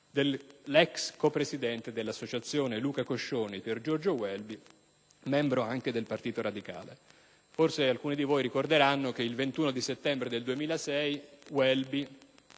è l'ex copresidente dell'"Associazione Luca Coscioni" Piergiorgio Welby, membro anche del Partito Radicale. Forse alcuni di voi ricorderanno che il 21 settembre 2006 Welby,